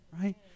right